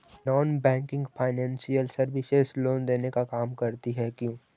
Non banking financial services loan देने का काम करती है क्यू?